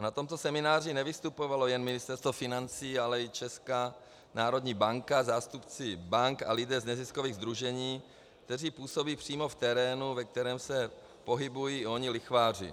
Na tomto semináři nevystupovalo jen Ministerstvo financí, ale i Česká národní banka, zástupci bank a lidé z neziskových sdružení, kteří působí přímo v terénu, ve kterém se pohybují oni lichváři.